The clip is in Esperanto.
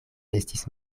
estis